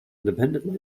independent